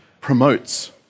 promotes